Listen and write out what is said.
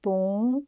ਤੋਂ